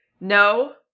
no